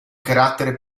carattere